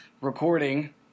recording